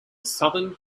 southern